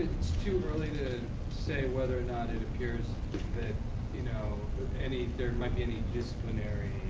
to early, to say whether or not and here's you know any. there might be any disciplinary